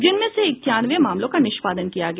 जिसमें से इक्यानवे मामलों का निष्पादन किया गया